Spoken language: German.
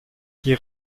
die